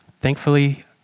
Thankfully